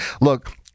Look